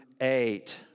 eight